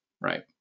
right